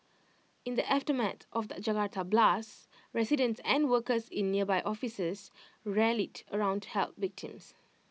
in the aftermath of the Jakarta blasts residents and workers in nearby offices rallied round to help victims